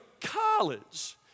college